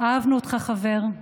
אהבנו אותך, חבר.